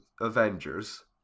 Avengers